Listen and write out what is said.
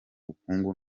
bukungu